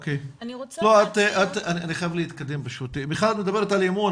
מיכל את מדברת על אמון,